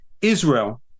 Israel